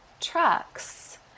trucks